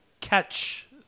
catch